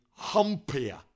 humpier